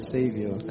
Savior